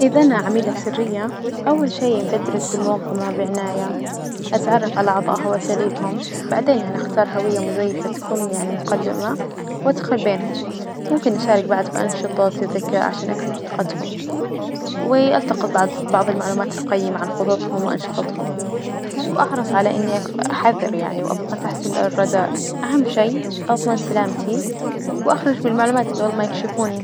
إذا أنا عميلة سرية أول شي بدرس الموظفة بعناية، أتعرف على أعظائها وأساليبهم، بعدين يعني أختار هوية مزيفة تكون يعني مقدمة وأدخل بينهم، ممكن نشارك بعد في أنشطة الذكاء عشان أكسب ثقتهم و ألتقط بعض- بعض المعلومات القيمة عن خططهم وأنشطتهم، و أحرص على إني أكو- أحذر يعني وأبقى تحت الردادار، أهم شي أضمن سلامتي وأخرج بالمعلومات جبل ما يكشفوني.